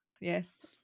Yes